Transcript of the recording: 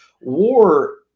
war